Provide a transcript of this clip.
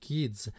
Kids